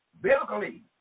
biblically